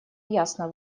ясно